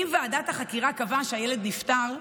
אם ועדת החקירה קבעה שהילד נפטר,